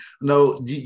No